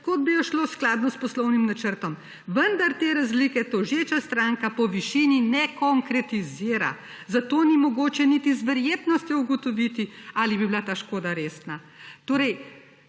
kot bi šlo skladno s poslovnim načrtom. Vendar te razlike tožeča stranka po višini ne konkretizira, zato ni mogoče niti z verjetnostjo ugotoviti ali bi bila ta škoda resna.« Torej,